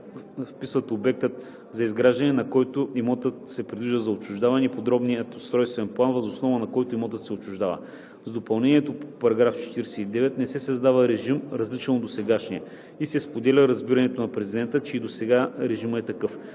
вписва обектът, за изграждането на който имотът се предвижда за отчуждаване, и подробният устройствен план, въз основа на който имотът се отчуждава. С допълнението по § 49 не се създава режим, различен от досегашния, и се споделя разбирането на президента, че и досега режимът е такъв.